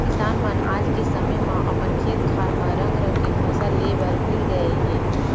किसान मन आज के समे म अपन खेत खार म रंग रंग के फसल ले बर भीड़ गए हें